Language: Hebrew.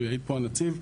יעיד פה הנציב.